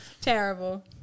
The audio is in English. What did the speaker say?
Terrible